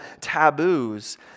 taboos